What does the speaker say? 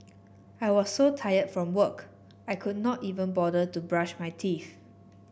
I was so tired from work I could not even bother to brush my teeth